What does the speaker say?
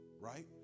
right